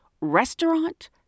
restaurant